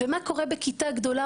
ומה קורה בכיתה גדולה,